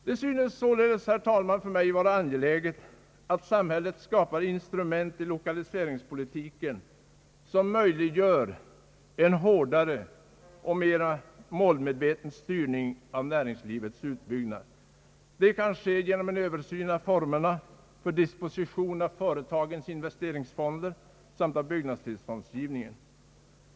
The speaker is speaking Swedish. Det synes mig sålunda, herr talman, vara angeläget att samhället skapar instrument i lokaliseringspolitiken som möjliggör en hårdare och mera målmedveten styrning av näringslivets utbyggnad. Detta kan ske genom en översyn av formerna för disposition av företagens investeringsfonder samt av en översyn av byggnadstillståndsgivningen.